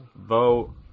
vote